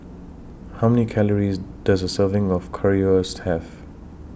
How Many Calories Does A Serving of Currywurst Have